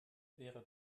wäre